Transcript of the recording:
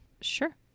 Sure